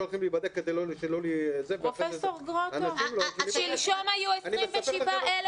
פרופ' גרוטו, שלשום היו 27,000